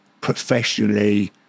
professionally